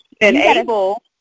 enable